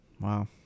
Wow